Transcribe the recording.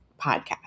podcast